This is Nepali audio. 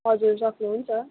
हजुर सक्नुहुन्छ